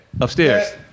upstairs